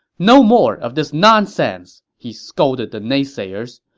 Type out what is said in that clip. no more of this nonsense! he scolded the naysayers.